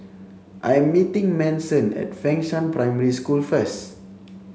I am meeting Manson at Fengshan Primary School first